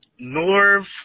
Norv